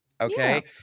okay